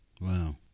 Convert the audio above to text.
Wow